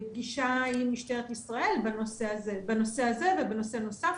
פגישה עם משטרת ישראל בנושא הזה ובנושא נוסף.